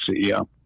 ceo